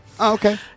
Okay